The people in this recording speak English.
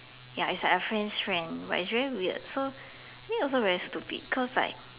ya it's like a friend's friend but it's very weird so I think also very stupid cause like